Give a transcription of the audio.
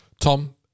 Tom